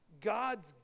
God's